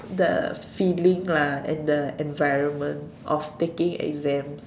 the feeling lah and the environment of taking exams